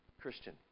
Christian